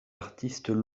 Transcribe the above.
artistes